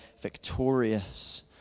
victorious